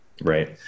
Right